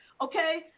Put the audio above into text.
Okay